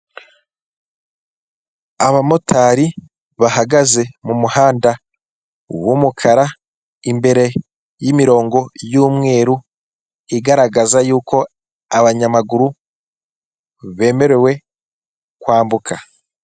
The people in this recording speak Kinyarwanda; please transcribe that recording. Abamotari bahagaze mu muhanda w'umukara, imbere y'imirongo y'umweru igaragaza yuko abanyamaguru bemerewe kwambuka.